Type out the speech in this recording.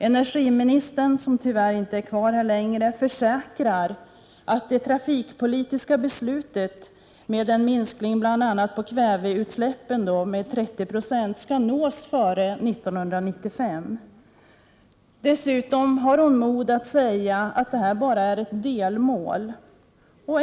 Energiministern, som tyvärr inte längre är kvar i kammaren, försäkrar att målet i det trafikpolitiska beslutet om en minskning av bl.a. kväveutsläppen med 30 96 skall nås före 1995. Dessutom hade hon modet att säga att detta bara är ett delmål.